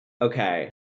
okay